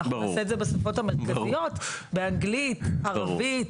נעשה את זה בשפות המרכזיות, באנגלית, בערבית.